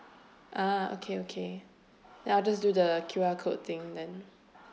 ah okay okay then I'll just do the Q_R code thing then